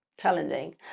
challenging